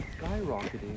skyrocketing